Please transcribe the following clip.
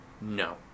no